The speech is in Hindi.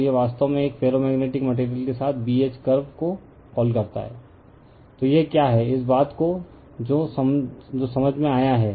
तो यह वास्तव में एक फेरोमैग्नेटिक मटेरियल के साथ B H कर्वे को कॉल करता है तो यह क्या है इस बात को जो समझ में आया है